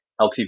LTV